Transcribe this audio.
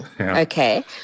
okay